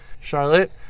charlotte